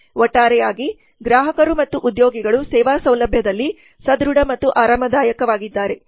ಒಟ್ಟಾರೆಯಾಗಿ ಗ್ರಾಹಕರು ಮತ್ತು ಉದ್ಯೋಗಿಗಳು ಸೇವಾ ಸೌಲಭ್ಯದಲ್ಲಿ ಸದೃಡ ಮತ್ತು ಆರಾಮದಾಯಕವಾಗಿದ್ದಾರೆ